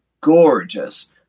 gorgeous